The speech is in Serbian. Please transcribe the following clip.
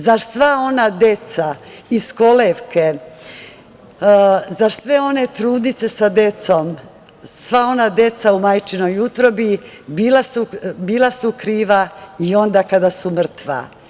Zar sva ona deca iz kolevke, zar sve one trudnice sa decom, sva ona deca u majčinoj utrobi, bila su kriva i onda kada su mrtva?